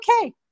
okay